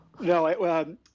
No